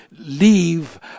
Leave